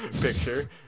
picture